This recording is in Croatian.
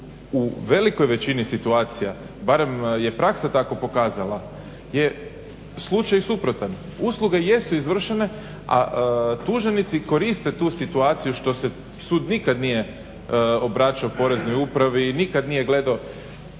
u velikoj većini situacija, barem je praksa tako pokazala je slučaj suprotan. Usluge jesu izvršene a tuženici koriste tu situaciju što se, sud nikad nije obraćao poreznoj upravi i nikad nije gledao